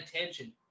attention